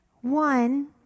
one